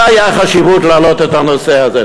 זה הייתה החשיבות בהעלאת הנושא הזה.